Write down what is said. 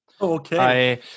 Okay